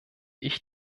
ich